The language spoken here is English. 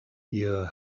your